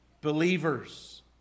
believers